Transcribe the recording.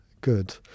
good